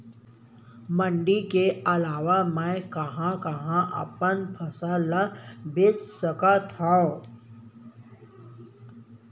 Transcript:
मण्डी के अलावा मैं कहाँ कहाँ अपन फसल ला बेच सकत हँव?